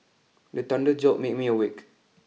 the thunder jolt me me awake